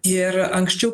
ir anksčiau